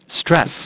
stress